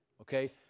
Okay